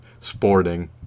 sporting